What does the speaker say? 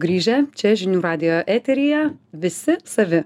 grįžę čia žinių radijo eteryje visi savi